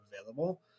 available